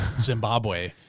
Zimbabwe